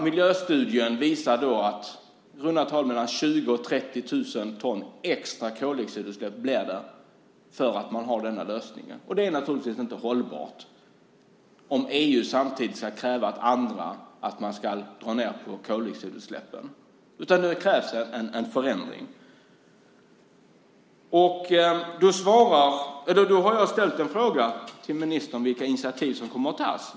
Miljöstudien visar att det i runda tal blir mellan 20 000 och 30 000 ton extra koldioxidutsläpp för att man har denna lösning. Det är naturligtvis inte hållbart om EU samtidigt ska kräva av andra att de ska dra ned på koldioxidutsläppen. Det krävs en förändring. Jag har ställt en fråga till ministern om vilka initiativ som kommer att tas.